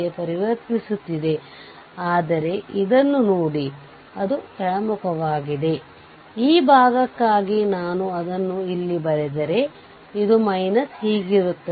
ಅವಲಂಬಿತ ಮೂಲಗಳು ಇದ್ದಾಗ RThevenin ಪಡೆಯುವ ತಂತ್ರವು ಸ್ವಲ್ಪ ಭಿನ್ನವಾಗಿರುತ್ತದೆ